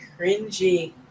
cringy